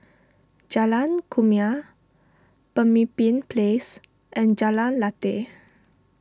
Jalan Kumia Pemimpin Place and Jalan Lateh